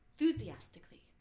enthusiastically